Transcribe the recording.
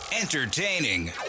entertaining